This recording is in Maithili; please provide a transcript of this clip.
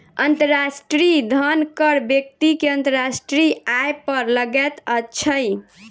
अंतर्राष्ट्रीय धन कर व्यक्ति के अंतर्राष्ट्रीय आय पर लगैत अछि